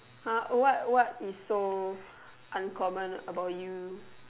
!huh! what what is so uncommon about you